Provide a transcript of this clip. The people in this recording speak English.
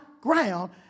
ground